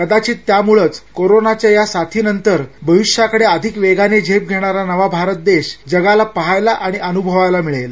कदाचित त्यामुळंच कोरोनाच्या या साथीनंतर भविष्याकडे अधिक वेगाने झेप घेणारा नवा भारत देश जगाला पहायला आणि अनुभवायला मिळेल